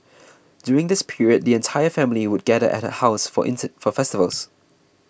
during this period the entire family would gather at her house for for festivals